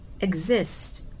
exist